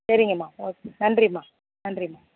சரிங்கம்மா ஓகே நன்றிம்மா நன்றிம்மா